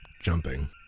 jumping